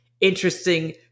interesting